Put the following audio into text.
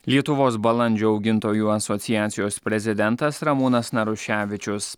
lietuvos balandžių augintojų asociacijos prezidentas ramūnas naruševičius